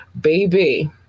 baby